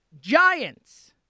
Giants